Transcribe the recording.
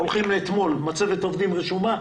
הולכים מאתמול מצבת עובדים רשומה?